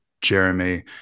Jeremy